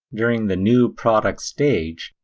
during the new product stage,